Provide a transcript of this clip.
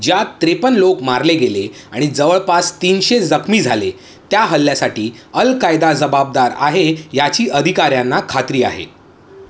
ज्यात त्रेपन्न लोक मारले गेले आणि जवळपास तीनशे जखमी झाले त्या हल्ल्यासाठी अल कायदा जबाबदार आहे याची अधिकाऱ्यांना खात्री आहे